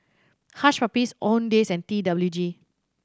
Hush Puppies Owndays and T W G